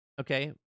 okay